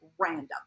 random